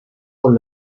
con